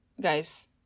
guys